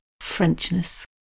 Frenchness